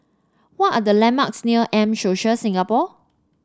what are the landmarks near M Social Singapore